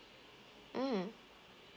mm